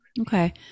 Okay